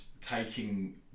taking